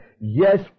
Yes